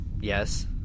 yes